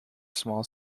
small